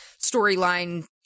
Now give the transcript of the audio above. storyline